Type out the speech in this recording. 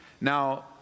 Now